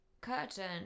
Curtain